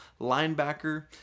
linebacker